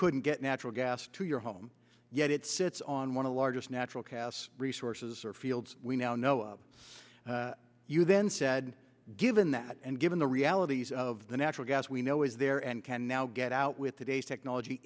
couldn't get natural gas to your home yet it sits on one of the largest natural gas resources or fields we now know of you then said given that and given the realities of the natural gas we know is there and can now get out with today's technology